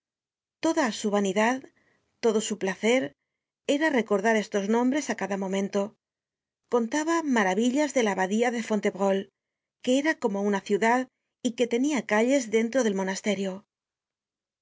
toda su vanidad todo su placer era recordar estos nombres á cada momento contaba maravillas de la abadía de fontevrault que era como una ciudad y que tenia calles dentro del monasterio